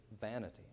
vanity